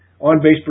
on-base